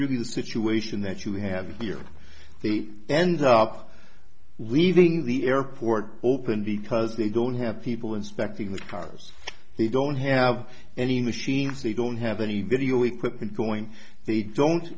really the situation that you have here they end up leaving the airport open because they don't have people inspecting the cars they don't have any machine they don't have any video equipment going they don't